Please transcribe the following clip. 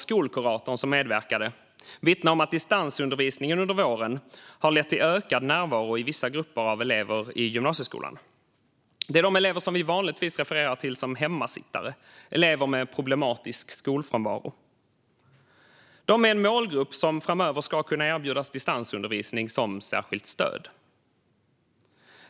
Skolkuratorn som medverkade vittnade om att distansundervisningen under våren har lett till ökad närvaro för vissa grupper av elever i gymnasieskolan. Det är de elever som vi vanligtvis refererar till som hemmasittare, alltså elever med problematisk skolfrånvaro. Den målgruppen ska framöver kunna erbjudas distansundervisning som särskilt stöd.